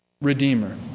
Redeemer